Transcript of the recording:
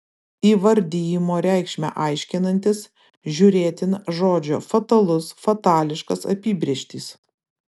įvardijimo reikšmę aiškinantis žiūrėtina žodžio fatalus fatališkas apibrėžtys